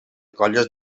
colles